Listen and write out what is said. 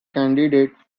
candidate